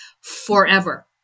forever